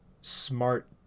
smart